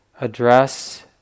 address